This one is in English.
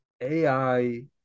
AI